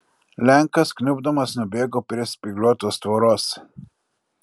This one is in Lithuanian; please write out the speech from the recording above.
lenkas kniubdamas nubėgo prie spygliuotos tvoros